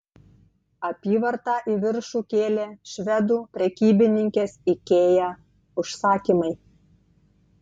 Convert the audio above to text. apyvartą į viršų kėlė švedų prekybininkės ikea užsakymai